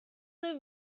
their